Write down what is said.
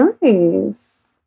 nice